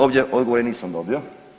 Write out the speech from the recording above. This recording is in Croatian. Ovdje odgovore nisam dobio.